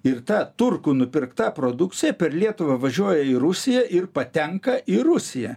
ir ta turkų nupirkta produkcija per lietuvą važiuoja į rusiją ir patenka į rusiją